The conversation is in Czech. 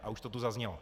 A už to tu zaznělo.